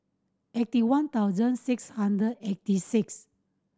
eighty one thousand six hundred eighty six